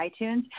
iTunes